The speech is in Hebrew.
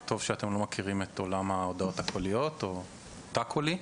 טוב שאתם לא מכירים את עולם ההודעות הקוליות או את התא הקולי,